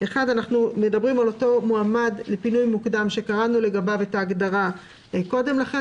אנחנו מדברים על מועמד לפינוי מוקדם שקראנו לגביו את ההגדרה קודם לכן.